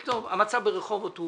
לכתוב: המצב ברחובות הוא